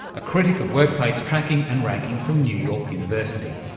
a critic of workplace tracking and ranking from new york university.